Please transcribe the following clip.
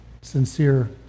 sincere